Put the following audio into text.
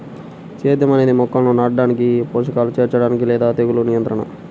సేద్యం అనేది మొక్కలను నాటడానికి, పోషకాలను చేర్చడానికి లేదా తెగులు నియంత్రణ